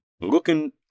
looking